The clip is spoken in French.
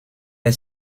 est